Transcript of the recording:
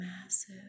massive